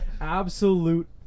Absolute